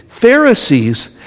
Pharisees